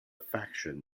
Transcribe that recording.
faction